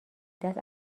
دست